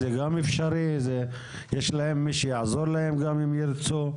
זה גם אפשרי, יש להם מי שיעזור להם גם אם ירצו.